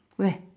where